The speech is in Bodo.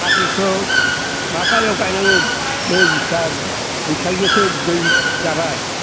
फाथैखौ माबायाव गायनांगो बै जिथिया बैसाग जेथ'आव दै जाबाय